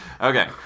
Okay